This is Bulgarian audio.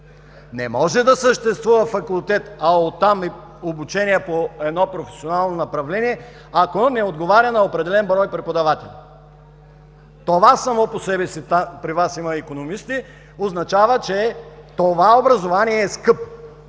Не може да съществува факултет, а оттам и обучение по едно професионално направление, ако не отговаря на определен брой преподаватели. Това само по себе си, при Вас има икономисти, означава, че това образование е скъпо,